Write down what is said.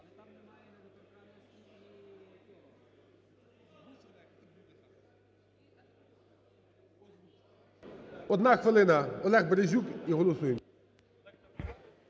Одна хвилина, Олег Березюк і голосуємо.